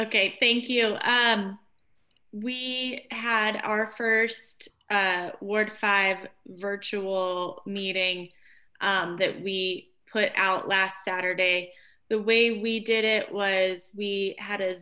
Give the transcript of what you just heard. okay thank you um we had our first ward five virtual meeting that we put out last saturday the way we did it was we had a